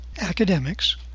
academics